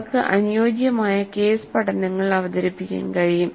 അവർക്ക് അനുയോജ്യമായ കേസ് പഠനങ്ങൾ അവതരിപ്പിക്കാൻ കഴിയും